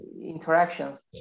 interactions